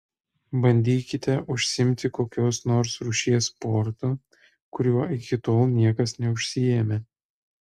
bandykite užsiimti kokios nors rūšies sportu kuriuo iki tol niekas neužsiėmė